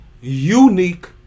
unique